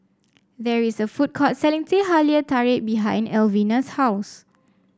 there is a food court selling Teh Halia Tarik behind Alvina's house